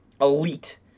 elite